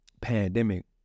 Pandemic